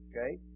Okay